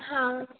ਹਾਂ